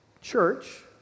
church